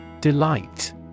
Delight